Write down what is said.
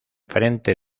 frente